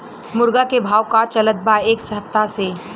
मुर्गा के भाव का चलत बा एक सप्ताह से?